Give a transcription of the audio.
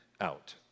out